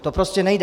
To prostě nejde.